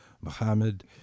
Muhammad